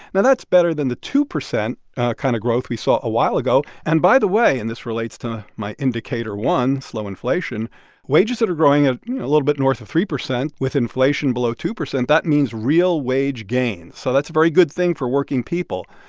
now, that's better than the two percent kind of growth we saw a while ago and, by the way and this relates to my indicator one, slow inflation wages are growing ah a little bit north of three percent with inflation below two percent. that means real wage gains. so that's a very good thing for working people.